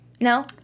No